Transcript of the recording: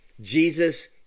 Jesus